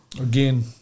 again